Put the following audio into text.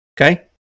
Okay